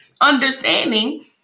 understanding